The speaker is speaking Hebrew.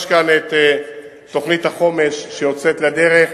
יש כאן תוכנית חומש שיוצאת לדרך,